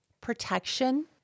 protection